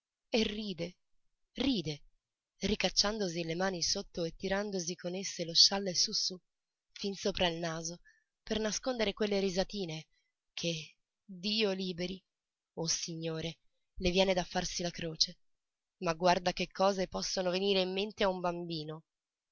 e ride ride ricacciandosi le mani sotto e tirandosi con esse lo scialle su su fin sopra il naso per nascondere quelle risatine che dio liberi oh signore le viene di farsi la croce ma guarda che cose possono venire in mente a un bambino